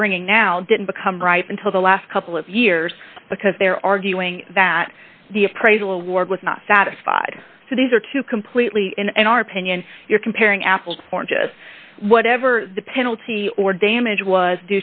they're bringing now didn't become ripe until the last couple of years because they're arguing that the appraisal award was not satisfied so these are two completely and our opinion you're comparing apples to oranges whatever the penalty or damage was